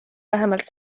vähemalt